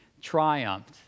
triumphed